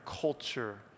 culture